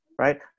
Right